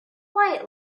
quiet